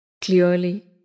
Clearly